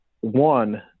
one